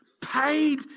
paid